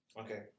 okay